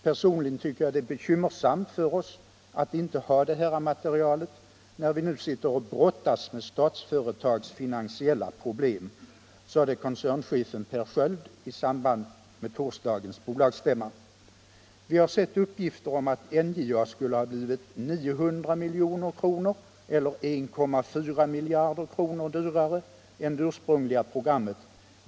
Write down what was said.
Personligen tycker jag att det är bekymmersamt för oss att inte ha det här materialet när vi nu sitter och brottas med Statsföretags finansiella problem, sade koncernchefen Per Sköld i samband med torsdagens bolagsstämma. Vi har sett uppgifter om att NJA skulle ha blivit 900 miljoner kr. eller 1,4 miljarder kr. dyrare än det ursprungliga programmet.